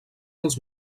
els